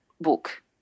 book